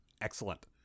Excellent